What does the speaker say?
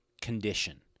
condition